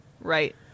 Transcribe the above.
Right